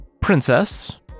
Princess